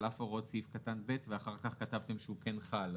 "על אף הוראות סעיף קטן (ב)" ואחר כך כתבתם שהוא כן חל,